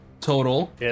Total